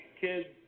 Kids